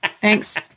Thanks